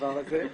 הדבר הזה,